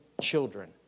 children